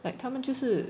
like 他们就是